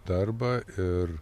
darbą ir